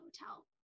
hotel